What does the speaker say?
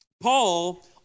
Paul